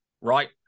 right